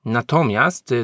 natomiast